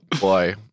boy